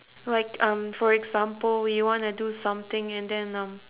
like um for example you wanna do something and then um